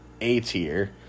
A-tier